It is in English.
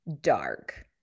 dark